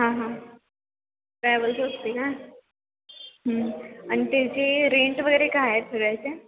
हां हां ट्रॅव्हल्स असते का आणि त्याची रेंट वगैरे काय आहे फिरायचे